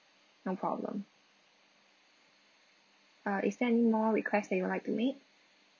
no problem uh is there any more request that you like to make